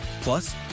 Plus